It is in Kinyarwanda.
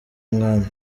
umwami